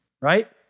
right